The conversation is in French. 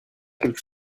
quelque